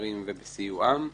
והשרים ובסיועם.